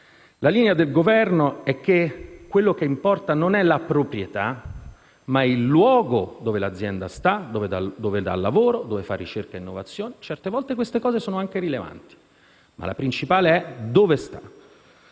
La linea del Governo è che ciò che importa non è la proprietà, ma il luogo dove l'azienda sta, dove dà lavoro, dove fa ricerca e innovazione; certe volte questi elementi sono anche rilevanti, ma il principale è sapere